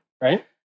right